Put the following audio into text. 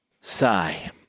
Sigh